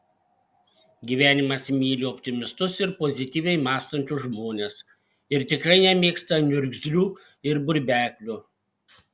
gyvenimas myli optimistus ir pozityviai mąstančius žmones ir tikrai nemėgsta niurgzlių ir burbeklių